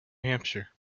hampshire